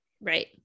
Right